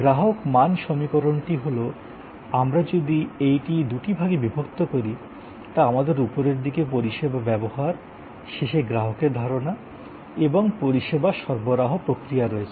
গ্রাহক মান সমীকরণটি হল আমরা যদি এটি দুটি ভাগে বিভক্ত করি তা আমাদের উপরের দিকে পরিষেবা ব্যবহার শেষে গ্রাহকের ধারণা এবং পরিষেবা সরবরাহ প্রক্রিয়া রয়েছে